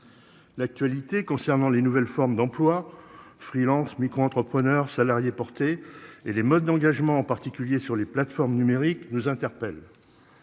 L'actualité concernant les nouvelles formes d'emploi freelance micro-entrepreneurs salariés porté et les modes d'engagement particuliers sur les plateformes numériques, nous interpelle.